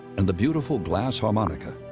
and the beautiful glass harmonica,